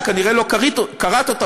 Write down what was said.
שכנראה לא קראת אותה,